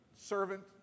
servant